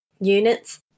units